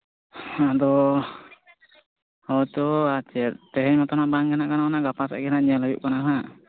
ᱟᱫᱚ ᱦᱳᱭ ᱛᱚ ᱟᱨ ᱪᱮᱫ ᱛᱮᱦᱮᱧ ᱢᱟᱛᱚ ᱱᱟᱦᱟᱸᱜ ᱵᱟᱝ ᱜᱮ ᱱᱟᱦᱟᱸᱜ ᱜᱟᱱᱚᱜᱼᱟ ᱜᱟᱯᱟ ᱥᱮᱫ ᱜᱮ ᱦᱟᱸᱜ ᱧᱮᱞ ᱦᱩᱭᱩᱜ ᱠᱟᱱᱟ ᱱᱟᱦᱟᱸᱜ